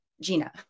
Gina